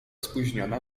spóźniona